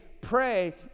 pray